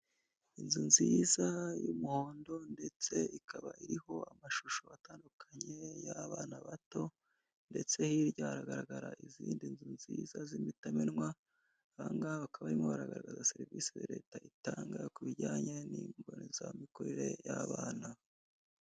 Inzu nziza y'umuhondo ndetse ikaba iriho amashusho atandukanye y'abana bato ndetse hirya haragaragara izindi nzu nziza z'imitamenwa, aha ngaha bakaba barimo baragaragaza serivisi ya Leta itanga ku bijyanye n'imbonezamikurire y'abana.